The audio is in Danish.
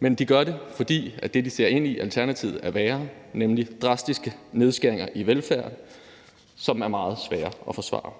men de gør det, fordi alternativet, de ser ind, er værre, nemlig drastiske nedskæringer i velfærd, som er meget svære at forsvare.